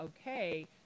okay